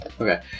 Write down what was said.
Okay